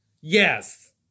Yes